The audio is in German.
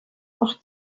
auch